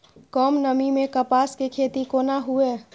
कम नमी मैं कपास के खेती कोना हुऐ?